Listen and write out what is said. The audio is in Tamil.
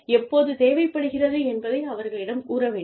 எப்போது தேவைப்படுகிறது என்பதை அவர்களிடம் கூற வேண்டும்